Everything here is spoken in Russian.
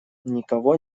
никого